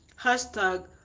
hashtag